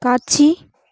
காட்சி